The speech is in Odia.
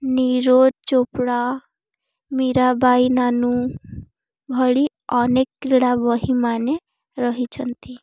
ନିରୋଜ ଚୋପଡ଼ା ମୀରାବାଇ ନାନୁ ଭଳି ଅନେକ କ୍ରୀଡ଼ାବିତମାନେ ରହିଛନ୍ତି